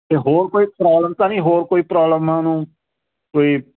ਤੇ ਹੋਰ ਕੋਈ ਪ੍ਰੋਬਲਮ ਤਾਂ ਨਹੀਂ ਹੋਰ ਕੋਈ ਪ੍ਰੋਬਲਮ ਆ ਉਹਨੂੰ ਕੋਈ